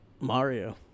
Mario